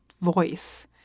voice